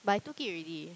but I took it already